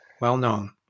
well-known